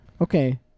Okay